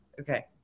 Okay